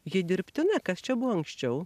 ji dirbtina kas čia buvo anksčiau